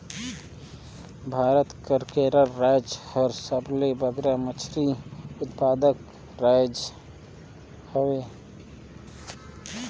भारत कर केरल राएज हर सबले बगरा मछरी उत्पादक राएज हवे